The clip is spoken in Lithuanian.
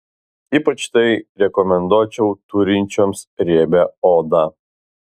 ypač tai rekomenduočiau turinčioms riebią odą